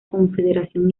confederación